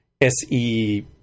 SE